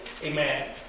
Amen